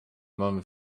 mamy